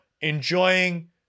enjoying